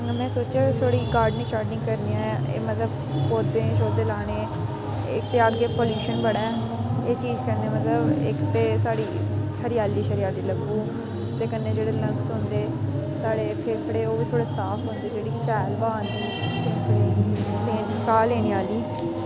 में सोचेआ थोह्ड़ी गार्डनिंग शार्डनिंग करनी आं एह् मतलब पौधे शौधे लाने इक ते अग्गें पलुशन बड़ा ऐ एह् चीज़ कन्नै मतलब इक ते साढ़ी हरेयाली शरेयाली लब्भग ते कन्नै जेह्ड़े लंग्स होंदे साढ़े फेफड़े ओह् बी थोह्ड़े साफ होंदे जेह्ड़ी शैल बाह् आंदी ते साह् लैने आह्ली